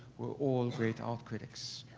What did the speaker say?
were all great art critics.